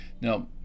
Now